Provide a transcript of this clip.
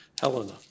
Helena